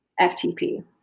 FTP